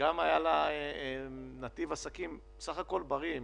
שגם היה לה נתיב עסקים בסך הכול בריא.